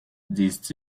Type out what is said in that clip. disent